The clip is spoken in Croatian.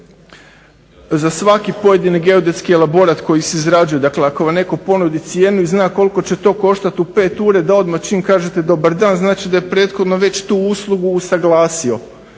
Za svaki pojedini geodetski elaborat koji se izgrađuje, dakle ako vam netko ponudi cijenu i zna koliko će to koštati u 5 ure, da odmah čim kažete dobar dan, znači da je to prethodno već tu uslugu usaglasio.